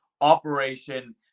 operation